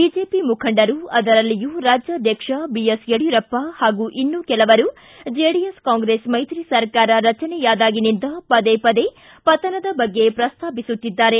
BJP ಮುಖಂಡರು ಅದರಲ್ಲಿಯೂ ರಾಜ್ಯಾಧ್ವಕ್ಷ ಯಡಿಯೂರಪ್ಪ ಹಾಗೂ ಇನ್ನೂ ಕೆಲವರು ಚೆಡಿಎಸ್ ಕಾಂಗ್ರೆಸ್ ಮೈತ್ರಿ ಸರ್ಕಾರ ರಚನೆಯಾದಾಗಿನಿಂದ ಪದೇ ಪದೇ ಪತನದ ಬಗ್ಗೆ ಪ್ರಸ್ತಾಪಿಸುತ್ತಿದ್ದಾರೆ